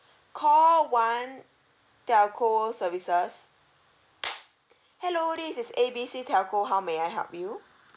call one telco services hello this is A B C telco how may I help you